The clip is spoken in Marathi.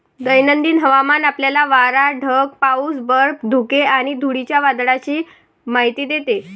दैनंदिन हवामान आपल्याला वारा, ढग, पाऊस, बर्फ, धुके आणि धुळीच्या वादळाची माहिती देते